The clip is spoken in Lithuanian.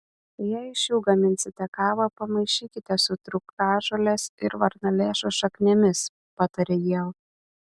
jei iš jų gaminsite kavą pamaišykite su trūkažolės ir varnalėšos šaknimis pataria ieva